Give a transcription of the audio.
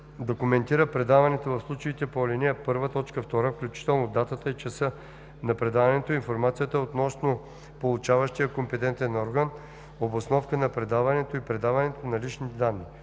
документира предаването в случаите по ал. 1, т. 2, включително датата и часа на предаване, информацията относно получаващия компетентен орган, обосновка на предаването и предадените лични данни.